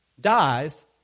dies